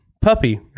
Puppy